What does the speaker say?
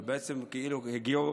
זה בעצם כאילו הם הגיעו